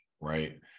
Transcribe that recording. right